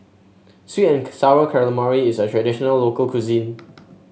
sweet and sour calamari is a traditional local cuisine